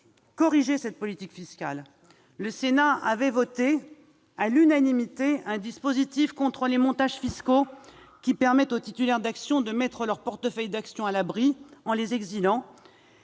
corriger cette politique fiscale : le Sénat avait voté à l'unanimité un dispositif contre les montages fiscaux permettant aux titulaires d'actions de mettre leurs portefeuilles à l'abri en les exilant